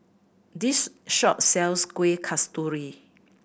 this shop sells Kueh Kasturi